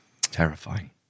Terrifying